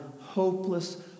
hopeless